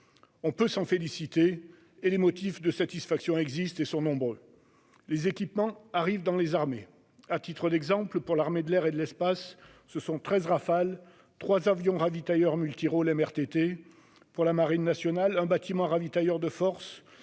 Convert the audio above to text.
On peut s'en féliciter, et les motifs de satisfaction existent et sont nombreux. Les équipements arrivent dans les armées. Pour l'armée de l'air et de l'espace, ce sont 13 Rafale et trois avions ravitailleurs multirôles MRTT (); pour la marine nationale, un bâtiment ravitailleur de forces,